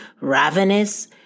ravenous